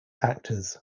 actors